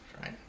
Right